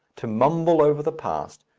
to mumble over the past,